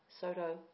Soto